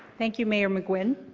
thank you, mayor mcginn.